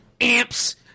amps